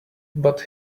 but